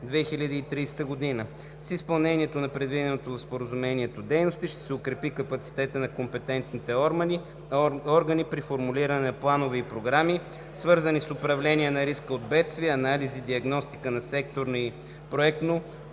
С изпълнението на предвидените в Споразумението дейности ще се укрепи капацитетът на компетентните органи при формулиране на планове и програми, свързани с управление на риска от бедствия, анализи, диагностика за секторно и проектно